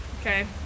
Okay